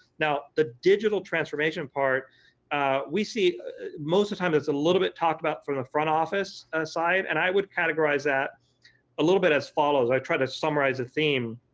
now the digital transformation part we see most of the time it's a little bit talked about front front office side, and i would categorize that a little bit as follows. i try to summarize the theme,